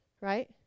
right